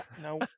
No